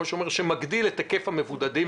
שמגדיל את היקף המבודדים,